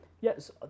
yes